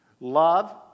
Love